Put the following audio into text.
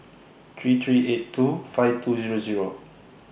three three eight two five two Zero Zero